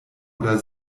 oder